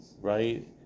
right